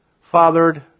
fathered